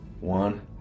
one